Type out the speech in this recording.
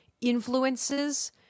influences